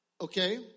okay